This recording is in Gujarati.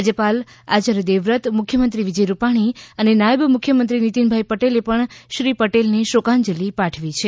રાજયપાલ આચાર્ય દેવવ્રત મુખ્યમંત્રી વિજય રૂપાણી અને નાયબ મુખ્યમંત્રી નિતિનભાઈ પટેલે પણ શ્રી પટેલને શોકાંજલી પાઠવી છે